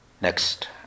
next